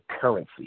currency